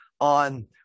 on